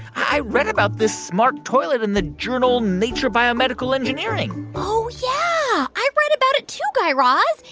i read about this smart toilet in the journal nature biomedical engineering oh, yeah. i read about it, too, guy raz,